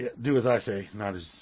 Do-as-I-say-not-as